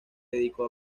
dedicó